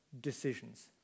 decisions